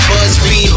BuzzFeed